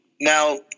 Now